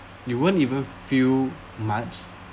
you won't even feel much